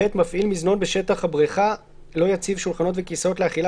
מפעיל מזנון בשטח בריכה לא יציב שולחנות וכיסאות לאכילה